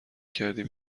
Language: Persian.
کردیم